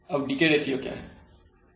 अब DK ratio क्या है